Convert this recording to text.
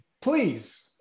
please